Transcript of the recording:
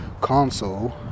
console